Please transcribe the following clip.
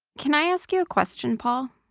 can i ask you a question paul?